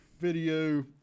video